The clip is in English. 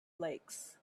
lakes